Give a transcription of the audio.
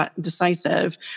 decisive